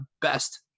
best